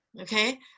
okay